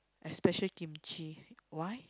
especially kimchi why